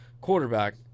quarterback